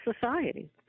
society